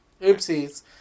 Oopsies